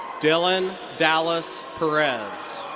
dylan dallas perez.